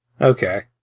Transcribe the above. Okay